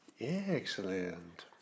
Excellent